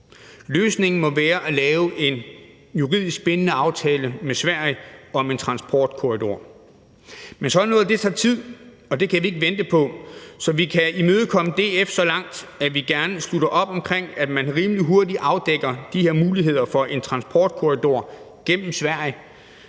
Løsningen må være at lave en juridisk bindende aftale med Sverige om en transportkorridor. Men sådan noget tager tid, og det kan vi ikke vente på. Så vi kan imødekomme DF så langt, at vi gerne slutter op omkring, at man rimelig hurtigt afdækker de her muligheder for en transportkorridor gennem Sverige.